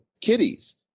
kitties